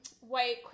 white